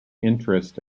interest